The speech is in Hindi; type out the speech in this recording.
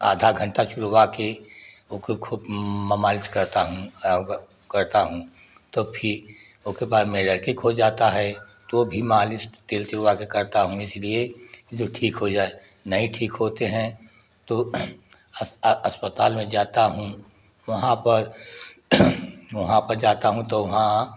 आधा घंटा छुड़वाके ओके खूब मालिस करता हूँ अब करता हूँ तो फिर ओके बाद में जाके लकड़ी के हो जाता है तो वो भी मालिस तेल सेवा से करता हूँ इसीलिए की जो ठीक हो जाए नहीं ठीक होते हैं तो अस्पताल में जाता हूँ वहाँ पर वहाँ पर जाता हूँ तो वहाँ